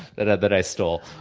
that ah that i stole,